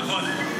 נכון.